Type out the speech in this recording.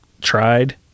tried